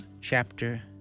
chapter